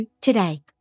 today